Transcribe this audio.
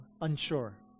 unsure